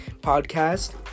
podcast